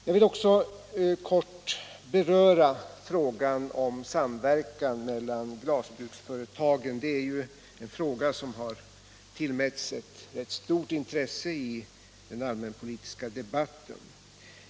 Jag vill även kort beröra frågan om samverkan mellan glasbruksföretagen — en fråga som har tillmätts stort intresse i den allmänpolitiska debatten.